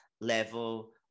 level